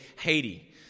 Haiti